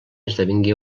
esdevingué